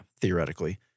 Theoretically